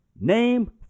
name